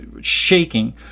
shaking